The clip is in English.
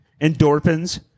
endorphins